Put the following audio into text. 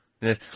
Yes